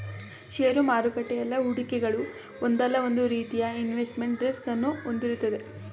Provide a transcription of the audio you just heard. ಷೇರು ಮಾರುಕಟ್ಟೆ ಎಲ್ಲಾ ಹೂಡಿಕೆಗಳು ಒಂದಲ್ಲ ಒಂದು ರೀತಿಯ ಇನ್ವೆಸ್ಟ್ಮೆಂಟ್ ರಿಸ್ಕ್ ಅನ್ನು ಹೊಂದಿರುತ್ತದೆ